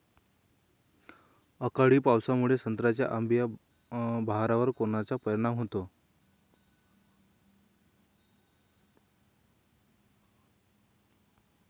अवकाळी पावसामुळे संत्र्याच्या अंबीया बहारावर कोनचा परिणाम होतो?